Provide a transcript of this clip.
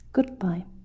Goodbye